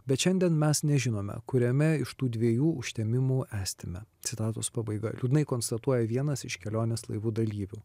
bet šiandien mes nežinome kuriame iš tų dviejų užtemimų estime citatos pabaiga liūdnai konstatuoja vienas iš kelionės laivu dalyvių